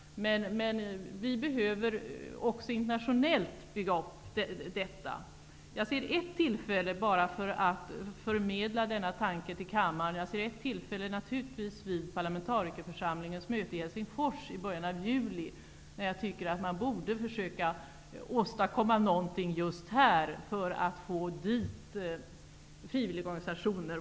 Men vi behöver också bygga upp detta internationellt. Jag ser ett tillfälle, bara för att förmedla denna tanke till kammaren, vid parlamentarikerförsamlingens möte i Helsingfors i början av juli. Då tycker jag att man borde försöka åstadkomma någonting för att få med frivilligorganisationer.